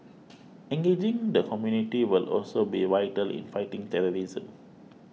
engaging the community will also be vital in fighting terrorism